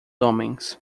homens